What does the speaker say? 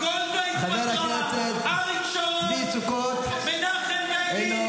גולדה התפטרה, אריק שרון, מנחם בגין.